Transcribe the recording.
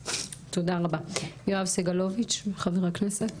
יואב סגלוביץ' חבר הכנסת.